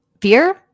fear